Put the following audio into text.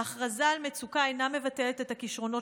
ההכרזה על מצוקה אינה מבטלת את הכישרונות